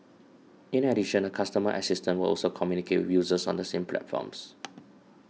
in addition a customer assistant will also communicate with users on the same platforms